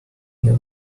you